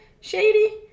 Shady